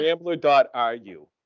rambler.ru